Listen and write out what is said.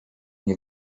nie